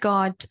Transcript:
God